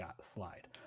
slide